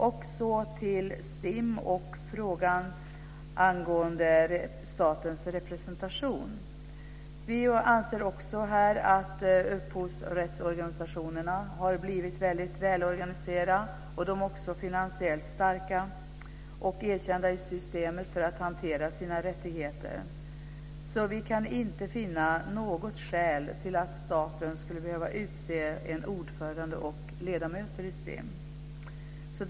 Låt mig sedan gå över till STIM och frågan om statens representation. Vi anser också att upphovsrättsorganisationerna har blivit väldigt välorganiserade. De är också finansiellt starka och erkända i systemet för att hantera sina rättigheter. Vi kan inte finna något skäl till att staten skulle behöva utse en ordförande och ledamöter i STIM.